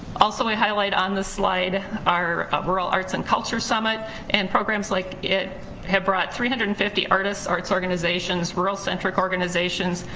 also we highlighted, on this slide, our rural arts and culture summit and programs like it have brought three hundred and fifty artists, arts organizations, rural centric organizations,